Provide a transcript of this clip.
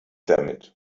damit